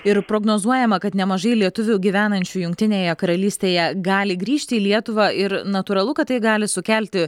ir prognozuojama kad nemažai lietuvių gyvenančių jungtinėje karalystėje gali grįžti į lietuvą ir natūralu kad tai gali sukelti